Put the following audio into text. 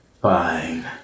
fine